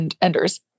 enders